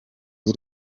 y’i